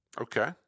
Okay